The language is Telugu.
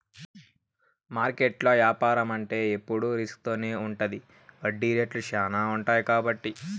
మార్కెట్లో యాపారం అంటే ఎప్పుడు రిస్క్ తోనే ఉంటది వడ్డీ రేట్లు శ్యానా ఉంటాయి కాబట్టి